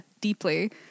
deeply